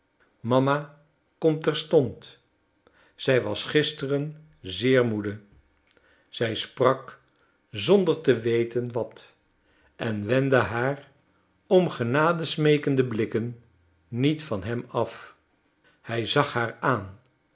mama komt terstond zij was gisteren zeer moede zij sprak zonder te weten wat en wendde haar om genade smeekende blikken niet van hem af hij zag haar aan